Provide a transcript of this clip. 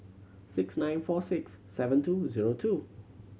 six nine four six seven two zero two